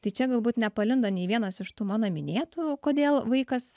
tai čia galbūt nepalindo nei vienas iš tų mano minėtų kodėl vaikas